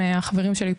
החברים שלי,